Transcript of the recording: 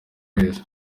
wese